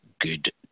good